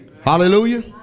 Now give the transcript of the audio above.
Hallelujah